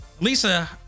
Lisa